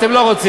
אתם לא רוצים.